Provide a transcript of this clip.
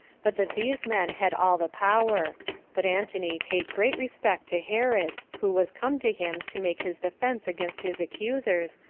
but that these men had all the power but antony paid great respect to herod, who was come to him to make his defense against his accusers,